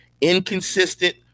inconsistent